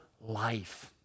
life